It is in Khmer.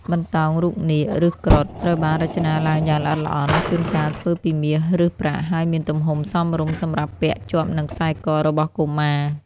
បន្តោងរូបនាគ ឬគ្រុឌ ត្រូវបានរចនាឡើងយ៉ាងល្អិតល្អន់ ជួនកាលធ្វើពីមាស ឬប្រាក់ ហើយមានទំហំសមរម្យសម្រាប់ពាក់ជាប់នឹងខ្សែករបស់កុមារ។